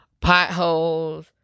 potholes